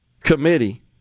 committee